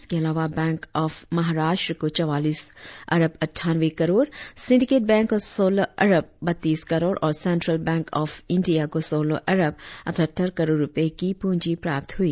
इसके अलावा bank of Maharashtra को चवालीस अरब अठानवे करोड़ सिंडिकेट बैंक को सौलह अरब बत्तीस करोड़ और सेंट्रल बैंक ऑफ इंडिय को सौलह अरब अठहत्तर करोड़ रुपये की पूंजी प्राप्त हुई